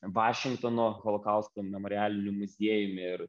vašingtono holokausto memorialiniu muziejumi ir